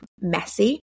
messy